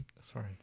Sorry